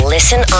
Listen